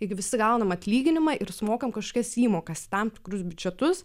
taigi visi gaunam atlyginimą ir sumokam kažkas įmokas į tam tikrus biudžetus